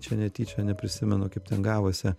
čia netyčia neprisimenu kaip ten gavosi